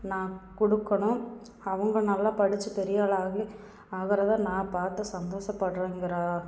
நான் கொடுக்கணும் அவங்க நல்ல படித்து பெரியாளாகி அவரவர் நான் பார்த்து சந்தோஷப்படணுங்குற